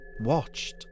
...watched